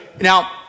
Now